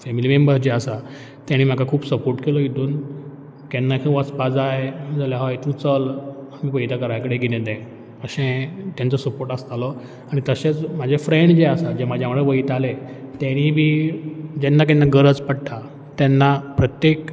family members जे आसा तेणी म्हाका खूब सपोर्ट केलो हितून केन्ना खंय वचपा जाय जाल्या हय तूं चल आमी पयता घरा कडेन कितें तें अशें तेंचो सपोर्ट आसतालो आनी तशेंच म्हाजे फ्रँड जे आसात जे म्हाज्या वांगडा वयताले तेणीय बी जेन्ना केन्ना गरज पडटा तेन्ना प्रत्येक